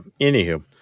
Anywho